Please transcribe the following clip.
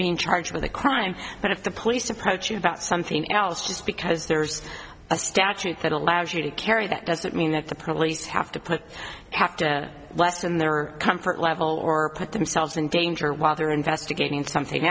being charged with a crime but if the police approach you about something else just because there's a statute that allows you to carry that doesn't mean that the police have to put less in their comfort level or put themselves in danger while they're investigating something